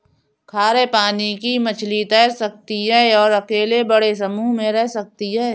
खारे पानी की मछली तैर सकती है और अकेले बड़े समूह में रह सकती है